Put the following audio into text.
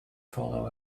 follow